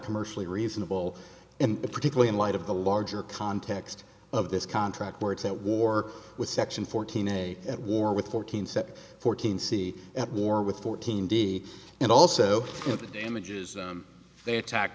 commercially reasonable and particularly in light of the larger context of this track where it's at war with section fourteen a at war with fourteen seven fourteen see at war with fourteen d and also of the damages they attack